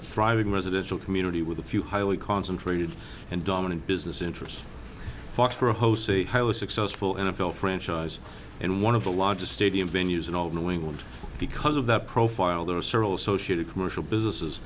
a thriving residential community with a few highly concentrated and dominant business interests foxborough hosts a highly successful n f l franchise and one of the largest stadium venues in all of new england because of that profile there are several associated commercial businesses